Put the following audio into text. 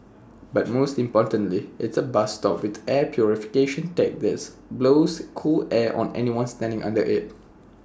but most importantly it's A bus stop with air purification tech this blows cool air on anyone standing under IT